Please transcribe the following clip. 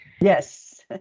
Yes